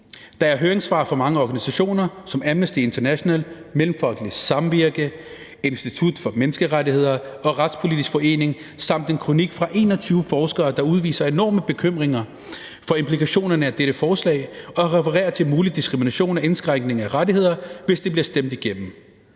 Der er høringssvar fra mange organisationer som Amnesty International, Mellemfolkeligt Samvirke, Institut for Menneskerettigheder og Retspolitisk Forening samt en kronik af 21 forskere, der udtrykker enorme bekymringer for implikationerne af dette forslag og refererer til en mulig diskrimination og indskrænkning af rettigheder, hvis det bliver stemt igennem.